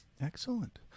Excellent